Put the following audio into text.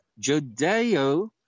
Judeo